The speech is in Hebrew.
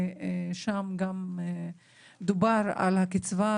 וגם שם דובר על הקצבה,